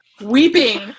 Weeping